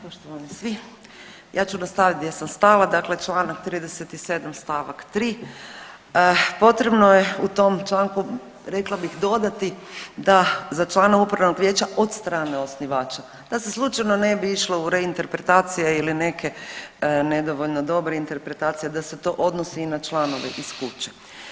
Poštovani svi, ja ću nastavit gdje sam stala, dakle čl. 37. st. 3., potrebno je u tom članku rekla bih dodati da za člana upravnog vijeća od strane osnivača da se slučajno ne bi išlo u reinterpretacije ili neke nedovoljno dobre interpretacije da se to odnosi i na članove iz kuće.